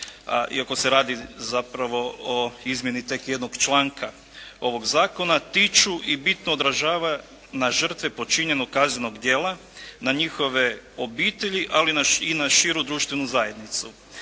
iako se radi zapravo o izmjeni tek jednog članka ovog zakona, tiču i bitno odražava na žrtve počinjenog kaznenog djela, na njihove obitelji ali i na širu društvenu zajednicu.